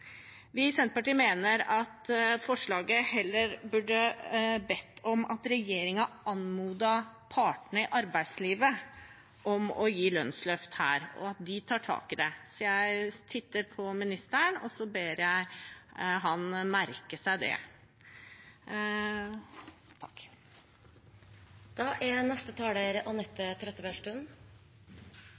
i forslaget heller burde ha bedt om at regjeringen anmodet partene i arbeidslivet om å gi lønnsløft her, og at de tar tak i det. Så jeg titter på ministeren og ber ham merke seg det. Det er